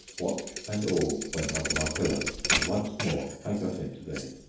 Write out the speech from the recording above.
watch and all went under my pillow, and once more i got into bed.